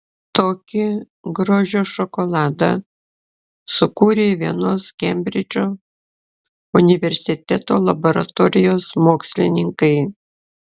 tokį grožio šokoladą sukūrė vienos kembridžo universiteto laboratorijos mokslininkai